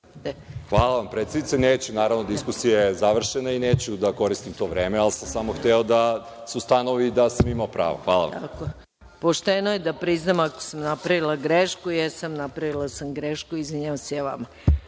Hvala, predsednice. Neću naravno, diskusija je završena i neću da koristim to vreme, ali sam samo hteo da se ustanovi da sam imao pravo. Hvala. **Maja Gojković** Pošteno je da priznam ako sam napravila grešku. Jesam, napravila sam grešku. Izvinjavam vam